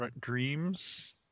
Dreams